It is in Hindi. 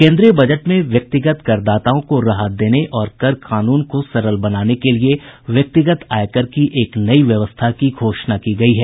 केन्द्रीय बजट में व्यक्तिगत करदाताओं को राहत देने और कर कानून को सरल बनाने के लिए व्यक्तिगत आयकर की एक नई व्यवस्था की घोषणा की गई है